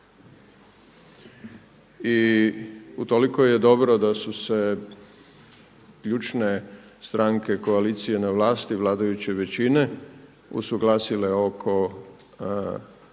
I utoliko je dobro da su se ključne strane koalicije na vlasti vladajuće većine usuglasile oko